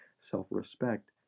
self-respect